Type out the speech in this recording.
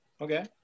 Okay